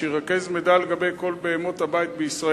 שירכז מידע על כל בהמות הבית בישראל,